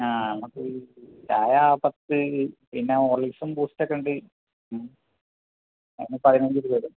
ആ നമക്ക് ചായ പഫ്സ്സ് പിന്നെ ഹോർളിക്സ്സും ബൂസ്റ്റക്കൊണ്ട് അതിന് പതിനഞ്ച് രൂപ വരും